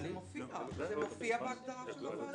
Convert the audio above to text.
זה מופיע בהגדרה של הוועדה.